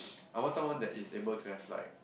I want someone that is able to have like